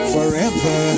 Forever